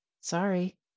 Sorry